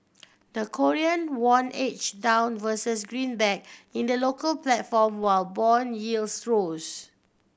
the Korean won edge down versus greenback in the local platform while bond yields rose